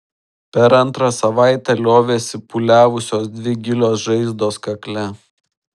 per antrą savaitę liovėsi pūliavusios dvi gilios žaizdos kakle